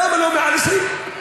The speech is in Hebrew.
למה לא מעל 20?